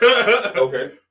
Okay